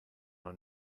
our